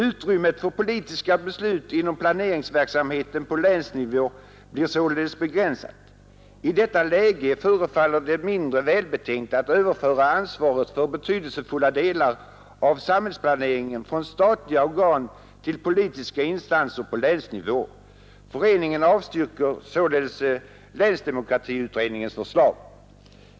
Utrymmet för politiska beslut inom planeringsmyndigheten på länsnivå blir således begränsat. I detta läge förefaller det mindre välbetänkt att överföra ansvaret för betydelsefulla delar av samhällsplaneringen från statliga organ till politiska instanser på länsnivå. Föreningen avstyrker således länsdemokratiutredningens förslag.